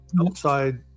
outside